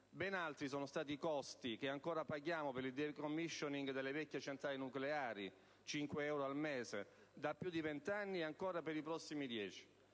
Ben altri sono i costi che ancora paghiamo per il *decommissioning* delle vecchie centrali nucleari: 5 euro al mese, da più di venti anni ormai, e ancora per i prossimi dieci.